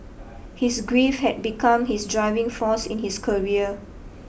his grief had become his driving force in his career